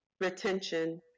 retention